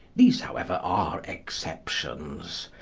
these, however, are exceptions.